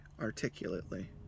articulately